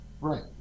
Right